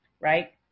right